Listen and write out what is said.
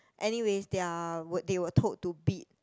anyways their they were told to bid